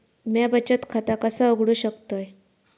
म्या बचत खाता कसा उघडू शकतय?